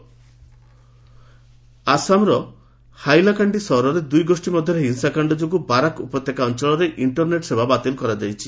Assam violence ଆସାମର ହାଇଲାକାଣ୍ଡି ସହରରେ ଦୁଇ ଗୋଷୀ ମଧ୍ୟରେ ହିଂସାକାଣ୍ଡ ଯୋଗୁଁ ବାରାକ୍ ଉପତ୍ୟକା ଅଞ୍ଚଳରେ ଇଷ୍ଟର୍ନେଟ୍ ସେବା ବାତିଲ୍ କରାଯାଇଛି